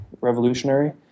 revolutionary